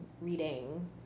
reading